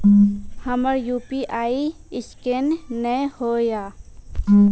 हमर UPI scan नेय हो या?